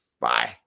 Bye